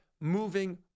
moving